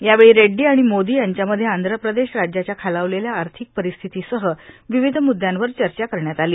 यावेळी रेइडी आणि मोदी यांच्यामध्ये आंध्य प्रदेश राज्याच्या खालावलेल्या आर्थिक परिस्थितीसह विविध मुद्यांवर चर्चा करण्यात आली